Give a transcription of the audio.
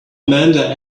amanda